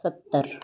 ਸੱਤਰ